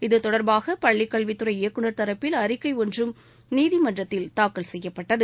இது தொடர்பாக பள்ளிக் கல்வித்துறை இயக்குநர் தரப்பில் அறிக்கை ஒன்றும் நீதிமன்றத்தில் தாக்கல் செய்யப்பட்டது